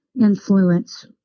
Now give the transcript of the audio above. influence